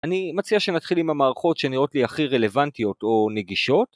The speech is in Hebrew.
אני מציע שנתחיל עם המערכות שנראות לי הכי רלוונטיות או נגישות.